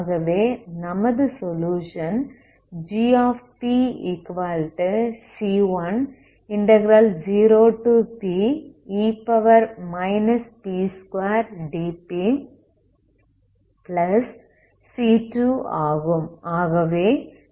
ஆகவே நமது solution gpc10pe p2dpc2 ஆகும்